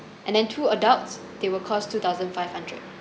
and then two adults they will cost two thousand five hundred